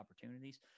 opportunities